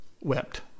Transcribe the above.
wept